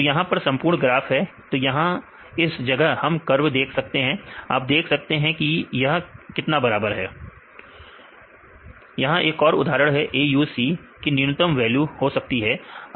तो यहां पर यह संपूर्ण ग्राफ है तो यहां इस जगह पर हम कर्व देख सकते हैं आप देख सकते हैं कि यह कितना बराबर है यहां एक और उदाहरण है AUC की न्यूनतम कितनी वैल्यू हो सकती है